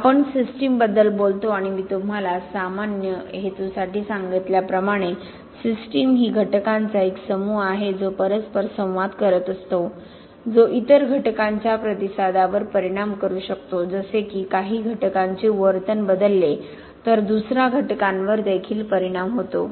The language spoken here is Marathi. आपण सिस्टीम बद्दल बोलतो आणि मी तुम्हाला सामान्य हेतूसाठी सांगितल्याप्रमाणे सिस्टम ही घटकांचा एक समूह आहे जो परस्परसंवाद करत असतो जो इतर घटकांच्या प्रतिसादावर परिणाम करू शकतो जसे की काही घटकांचे वर्तन बदलले तर दुसरा घटकांवर देखील परिणाम होतो